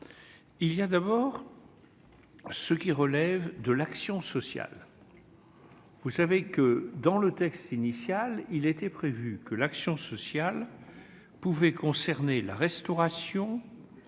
Il y a d'abord ce qui relève de l'action sociale. Dans le texte initial, il était prévu que cela pouvait concerner la restauration,